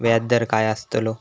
व्याज दर काय आस्तलो?